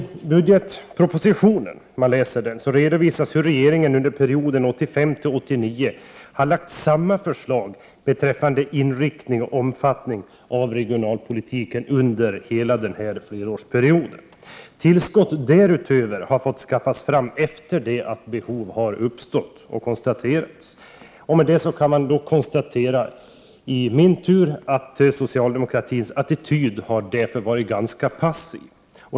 I budgetpropositionen redovisas hur regeringen under perioden 1985—1989 har lagt fram samma förslag beträffande inriktning och omfattning av regionalpolitiken under hela denna fyraårsperiod. Tillskottet därutöver har fått skaffas fram efter det att behov har uppstått och konstaterats. Jag vill då i min tur konstatera att socialdemokraterna varit ganska passiva i sin attityd.